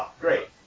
great